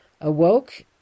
awoke